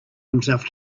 himself